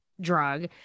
drug